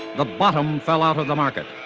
the bottom fell out of the market.